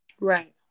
right